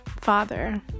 Father